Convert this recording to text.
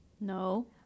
No